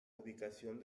ubicación